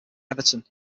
everton